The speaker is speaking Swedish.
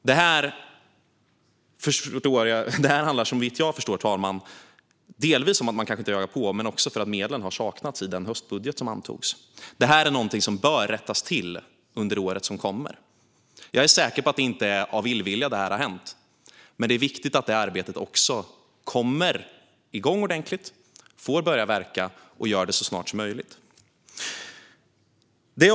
Detta, fru talman, handlar såvitt jag förstår delvis om att man kanske inte har jagat på men också om att medel saknades i den höstbudget som antogs. Detta är något som bör rättas till under året som kommer. Jag är säker på att det inte är av illvilja som detta har hänt, men det är viktigt att arbetet kommer igång ordentligt och får börja verka så snart som möjligt.